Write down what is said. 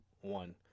one